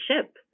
ship